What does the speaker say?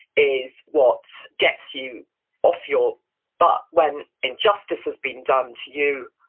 is what gets you off your butt when injustice has been done to you,